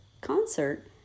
concert